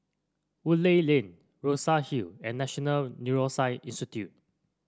Woodleigh Lane Rosa Hall and National Neuroscience Institute